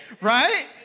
right